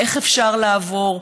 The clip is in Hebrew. איך אפשר לעבור,